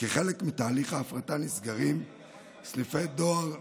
כחלק מתהליך ההפרטה נסגרים סניפי דואר,